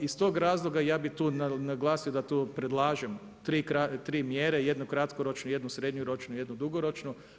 Iz tog razloga ja bi tu naglasio da tu predlažem tri mjere, jednu kratkoročnu, jednu srednjoročnu, jednu dugoročnu.